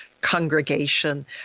congregation